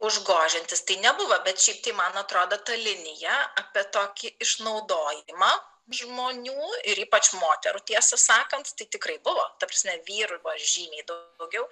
užgožiantis tai nebuvo bet šiaip tai man atrodo ta linija apie tokį išnaudojimą žmonių ir ypač moterų tiesą sakant tai tikrai buvo ta prasme vyrų buvo žymiai daug daugiau